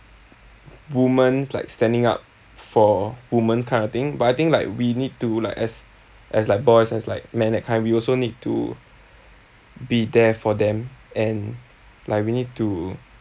woman like standing up for woman kind of thing but I think like we need to like as as like boys as like man that kind we also need to be there for them and like we need to